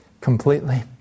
completely